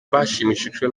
bashimishijwe